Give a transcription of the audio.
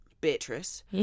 Beatrice